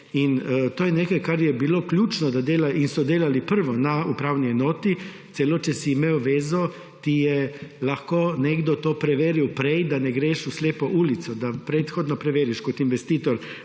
ne. To je nekaj, kar je bilo ključno in so delali prvo na upravni enoti. Celo, če si imel zvezo, ti je lahko nekdo to prej preveril, da ne greš v slepo ulico, da predhodno preveriš kot investitor,